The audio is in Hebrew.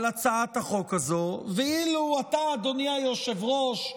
על הצעת החוק הזו, ואילו אתה, אדוני היושב-ראש,